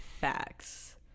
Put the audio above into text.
facts